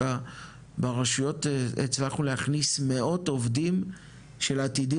ברשויות הצלחנו להכניס מאות עובדים של עתידים